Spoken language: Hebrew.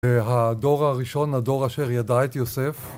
הדור הראשון, הדור אשר ידע את יוסף